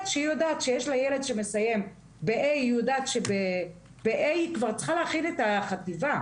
כשהיא יודעת שיש ילד שמסיים את כיתה ה' היא כבר צריכה להכין את החטיבה,